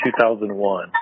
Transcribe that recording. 2001